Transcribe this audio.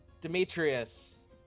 demetrius